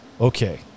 okay